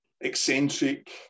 eccentric